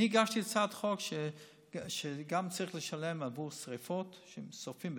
הגשתי הצעת חוק שלפיה צריך לשלם גם על שרפות במזיד,